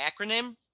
acronym